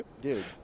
Dude